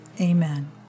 Amen